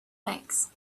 thanks